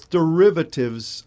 derivatives